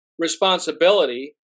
Responsibility